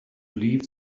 leave